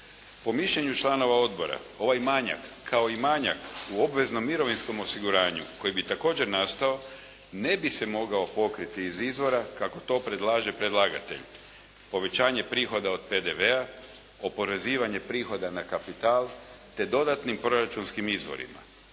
Po mišljenju članova odbora ovaj manjak kao i manjak u obveznom mirovinskom osiguranju koji bi također nastao ne bi se mogao pokriti iz izvora kako to predlaže predlagatelja, povećanje prihoda od PDV-a, oporezivanje prihoda na kapital te dodatnim proračunskim izvorima.